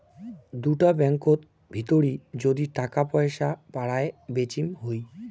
দুটা ব্যাঙ্কত ভিতরি যদি টাকা পয়সা পারায় বেচিম হই